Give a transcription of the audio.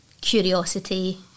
curiosity